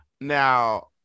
Now